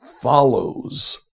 follows